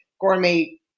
gourmet